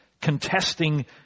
contesting